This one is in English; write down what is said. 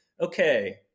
okay